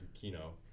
Kino